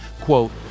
Quote